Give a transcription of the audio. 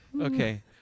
Okay